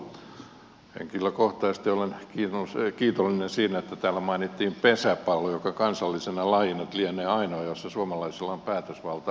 henkilökohtaisesti olen kiitollinen siitä että täällä mainittiin pesäpallo joka kansallisena lajina nyt lienee ainoa jossa suomalaisilla on päätösvalta aina sääntöjä myöten